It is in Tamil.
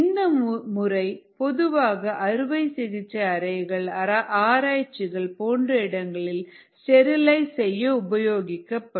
இந்த முறை பொதுவாக அறுவை சிகிச்சை அறைகள் ஆராய்ச்சிகள் போன்ற இடங்களை ஸ்டெரிலைஸ் செய்ய உபயோகிக்கப்படும்